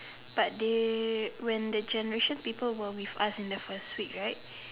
but they when the generation people were with us in the first week right